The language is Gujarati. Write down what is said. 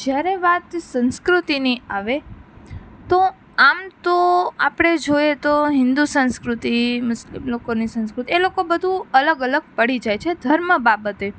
જ્યારે વાત સંસ્કૃતિની આવે તો આમ તો આપણે જોઈએ તો હિન્દુ સંસ્કૃતિ મુસ્લિમ લોકોની સંસ્કૃતિ એ લોકો બધું અલગ અલગ પડી જાય છે ધર્મ બાબતે